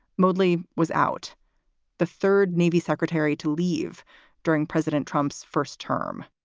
moodley was out the third navy secretary to leave during president trump's first term